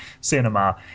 cinema